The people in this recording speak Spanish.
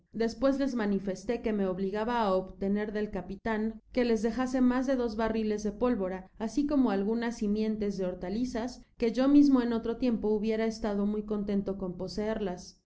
despues les manifesté que me obligaba á obtener del capitan que les dejase mas de dos barriles de pólvora asi como algunas simientes de hortalizas que yo mismo en otro tiempo hubiera estado muy contento con poseerlas